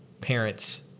parents